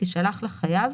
תשלח לחייב,